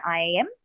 IAM